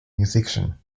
musician